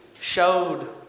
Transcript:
showed